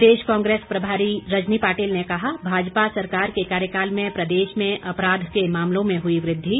प्रदेश कांग्रेस प्रभारी रजनी पाटिल ने कहा भाजपा सरकार के कार्यकाल में प्रदेश में अपराध के मामलों में हुई वृद्धि